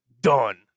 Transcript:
Done